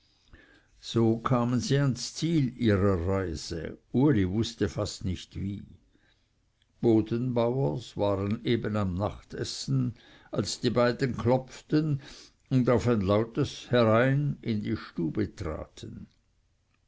so kamen sie an das ziel ihrer reise uli wußte fast nicht wie bodenbauers waren eben beim nachtessen als die beiden klopften und auf ein lautes herein in die stube traten